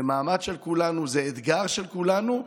זה מאמץ של כולנו, זה אתגר של כולנו.